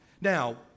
Now